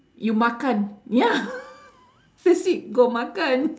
you makan ya that's it go makan